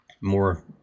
More